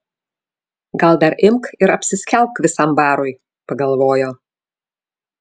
gal dar imk ir apsiskelbk visam barui pagalvojo